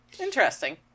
Interesting